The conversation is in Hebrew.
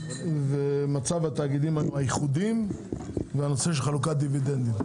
מצב התאגידים הייחודי וחלוקת הדיבידנדים.